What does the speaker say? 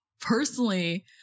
personally